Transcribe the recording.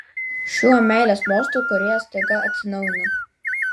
šiuo meilės mostu kūrėjas staiga atsinaujina